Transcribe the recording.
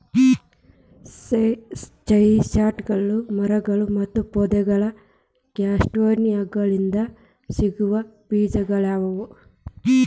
ಚೆಸ್ಟ್ನಟ್ಗಳು ಮರಗಳು ಮತ್ತು ಪೊದೆಗಳು ಕ್ಯಾಸ್ಟಾನಿಯಾಗಳಿಂದ ಸಿಗೋ ಬೇಜಗಳಗ್ಯಾವ